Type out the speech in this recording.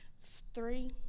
three